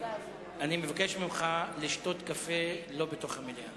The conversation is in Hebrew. אני מבקש ממך לשתות קפה לא בתוך המליאה.